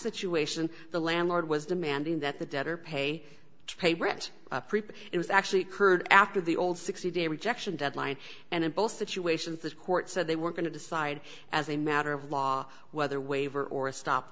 you ation the landlord was demanding that the debtor pay to pay rent it was actually occurred after the old sixty day rejection deadline and in both situations this court said they were going to decide as a matter of law whether waiver or stop